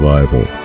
Bible